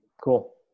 Cool